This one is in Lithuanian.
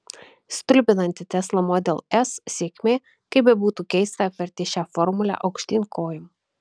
stulbinanti tesla model s sėkmė kaip bebūtų keista apvertė šią formulę aukštyn kojom